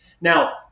Now